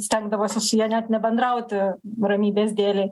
stengdavosi su ja net nebendrauti ramybės dėlei